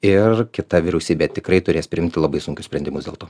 ir kita vyriausybė tikrai turės priimti labai sunkius sprendimus dėl to